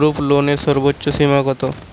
গ্রুপলোনের সর্বোচ্চ সীমা কত?